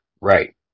Right